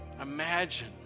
imagine